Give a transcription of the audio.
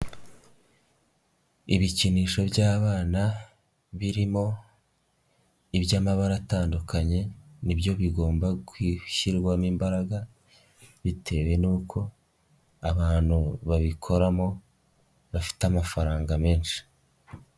Ibikinisho by'abana, birimo iby'amabara atandukanye, nibyo bigomba gushyirwamo imbaraga, bitewe n'uko abantu babikoramo, bafite amafaranga menshi.